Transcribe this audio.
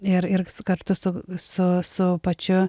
ir ir kartu su su su pačiu